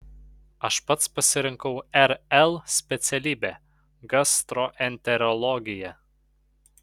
aš pats pasirinkau rl specialybę gastroenterologiją